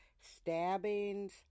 stabbings